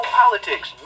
politics